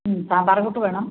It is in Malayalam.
മ്മ് സാമ്പാർ കൂട്ട് വേണം